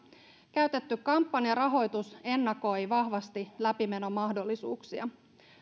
käytetty kampanjarahoitus ennakoi vahvasti läpimenomahdollisuuksia